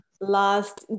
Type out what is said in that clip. last